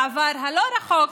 בעבר הלא-רחוק,